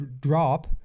drop